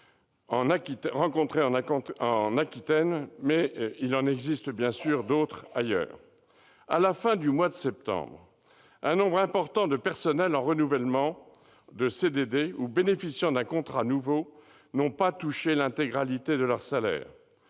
rencontré en Aquitaine, mais il en existe évidemment bien d'autres ailleurs. À la fin du mois de septembre dernier, un nombre important de personnels en renouvellement de CDD ou bénéficiant d'un contrat nouveau n'ont pas touché l'intégralité de leur salaire.